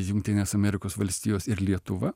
jungtinės amerikos valstijos ir lietuva